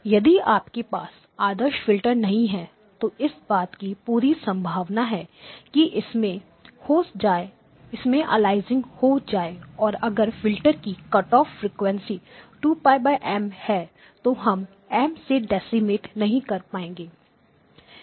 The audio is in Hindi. यदि आपके पास आदर्श फिल्टर नहीं है तो इस बात की पूरी संभावना है कि इसमें अलियासिंग हो जाए और अगर फिल्टर की कटऑफ फ्रिकवेंसी 2πM है तो हम M से डेसिमेट नहीं कर पाएंगे